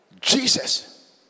Jesus